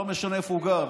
לא משנה איפה הוא גר,